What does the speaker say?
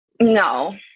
No